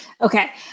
Okay